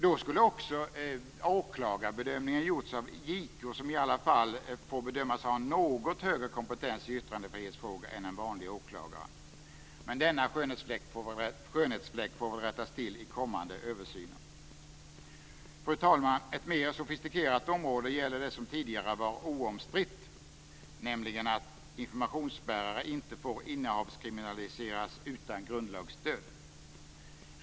Då skulle också åklagarbedömningen ha gjorts av JK, som i alla fall får bedömas ha något högre kompetens i yttrandefrihetsfrågor än en vanlig åklagare. Men denna skönhetsfläck får väl rättas till i kommande översyner. Fru talman! Ett mer sofistikerat område gäller det som tidigare var oomstritt, nämligen att informationsbärare inte får innehavskriminaliseras utan grundlagsstöd.